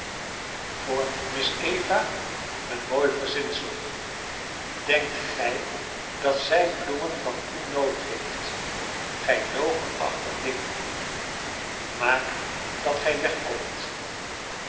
voor miss eva een mooi verzinsel denkt gij dat zij bloemen van u noodig heeft gij logenachtig ding maak dat